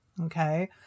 Okay